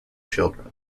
children